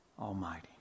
Almighty